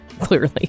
Clearly